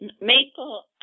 maple